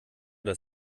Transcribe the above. das